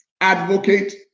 advocate